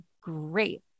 great